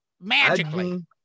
magically